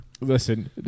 Listen